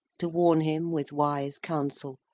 to warn him with wise counsel,